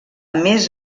més